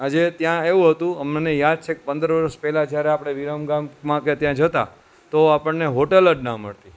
આજે ત્યાં એવું હતું કે અમને યાદ છે પંદર વરસ પહેલાં જ્યાં આપણે વિરમગામમાં કે ત્યાં જતા તો આપણને હોટલ જ ના મળતી